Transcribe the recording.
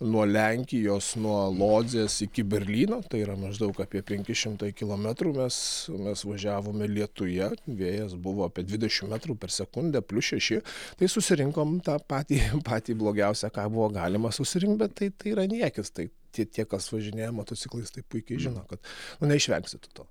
nuo lenkijos nuo lodzės iki berlyno tai yra maždaug apie penki šimtai kilometrų mes mes važiavome lietuje vėjas buvo apie dvidešim metrų per sekundę plius šeši tai susirinkom tą patį patį blogiausią ką buvo galima susirinkt bet tai yra niekis tai tie tie kas važinėja motociklais tai puikiai žino kad nu neišvengsi tu to